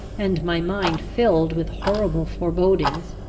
and my mind filled with horrible forebodings!